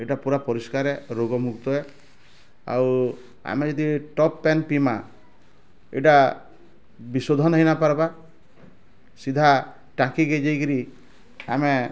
ଇଟା ପୂୁରା ପରିଷ୍କାର୍ ଆଏ ରୋଗମୁକ୍ତ ଆଏ ଆଉ ଆମେ ଯଦି ଟେପ୍ ପାଏନ୍ ପିଇମା ଇଟା ବିଶୋଧନ୍ ହେଇ ନାଇ ପାର୍ବାର୍ ସିଧା ଟାଙ୍କିକେ ଯେଇକିରି ଆମେ